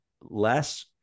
less